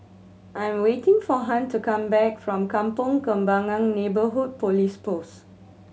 I am waiting for Hunt to come back from Kampong Kembangan Neighbourhood Police Post